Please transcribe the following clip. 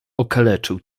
okaleczył